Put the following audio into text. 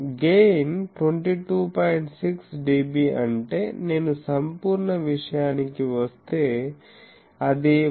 6 dB అంటే నేను సంపూర్ణ విషయానికి వస్తే అది 181